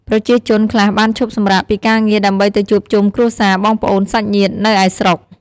ប្រជាជនខ្លះបានឈប់សំរាកពីការងារដើម្បីទៅជួបជុំគ្រួសារ បងប្អូន សាច់ញ្ញាតិ នៅឯស្រុក។